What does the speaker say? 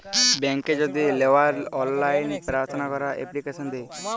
ব্যাংকে যদি লেওয়ার অললাইন পার্থনা ক্যরা এপ্লিকেশন দেয়